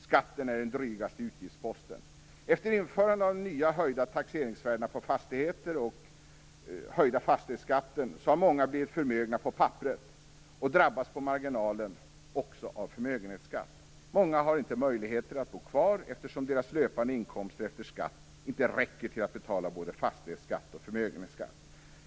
Skatten är den drygaste utgiftsposten. Efter införandet av de nya höjda taxeringsvärdena på fastigheter har många blivit förmögna på papperet och drabbas på marginalen också av förmögenhetsskatt. Många har inte möjlighet att bo kvar eftersom deras löpande inkomster efter skatt inte räcker till att betala både fastighetsskatt och förmögenhetsskatt.